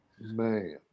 Man